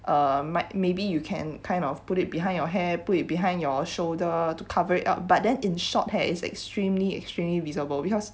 uh you might maybe you can kind of put it behind your hair put it behind your shoulder to cover it up but then in short hair is extremely extremely visible because